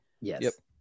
Yes